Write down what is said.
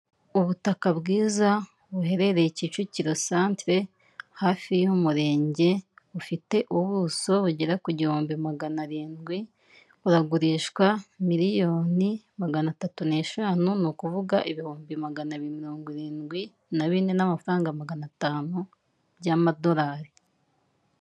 Ubutaka bwiza buherereye kicukiro santire hafi y'umurenge ufite ubuso bugera ku gihumbi magana arindwi buragurishwa miliyoni magana atatu neshanu, ni ukuvuga ibihumbi magana abiri mirongo irindwi na bine n'amafaranga magana atanu by'amadolari.